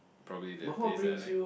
probably the place that I like